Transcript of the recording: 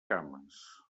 cames